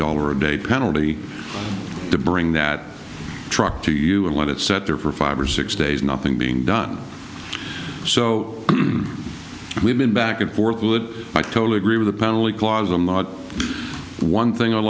dollar a day penalty to bring that truck to you and let it set there for five or six days nothing being done so we've been back and forth i totally agree with the